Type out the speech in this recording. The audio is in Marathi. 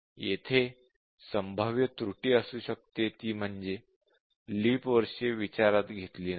येथे संभाव्य त्रुटी असू शकते ती म्हणजे लीप वर्षे विचारात घेतली नाहीत